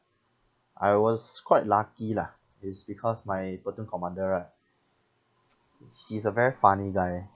I was quite lucky lah it's because my platoon commander right he's a very funny guy